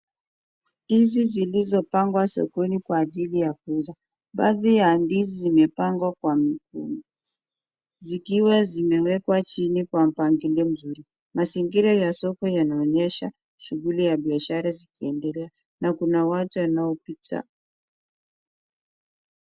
Ndizi zilizopangwa sokoni kwa ajili ya kuuzwa, baadhi ya ndizi zimepangwa, zikiwa zimewekwa chini kwa mpangilio mzuri, mazingira ya soko yanaonyesha shughuli ya biashara zikiendelea na kuna watu wanaopita.